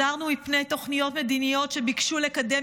הזהרנו מפני תוכניות מדיניות שביקשו לקדם